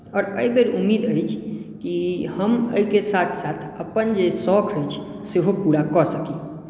आओर एहिबेर उम्मीद अछि कि हम एहिके साथ साथ अपन जे सौख अछि सेहो पूरा कऽ सकी